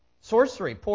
sorcery